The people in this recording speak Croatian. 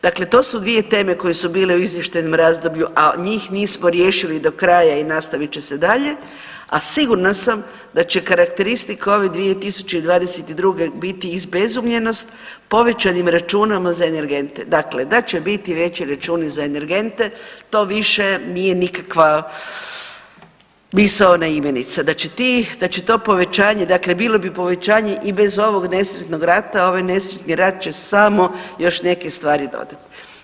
Dakle to su dvije teme koje su bile u izvještajnom razdoblju, a njih nismo riješili do kraja i nastavit će se dalje, a sigurna sam da će karakteristika ove 2022. biti izbezumljenost povećanim računom za energente, dakle da će biti veći računi za energente to više nije nikakva misaona imenica, da će ti, da će to povećanje, dakle bilo bi povećanje i bez ovog nesretnog rata, ovaj nesretni rat će samo još neke stvari dodat.